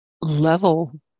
level